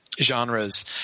genres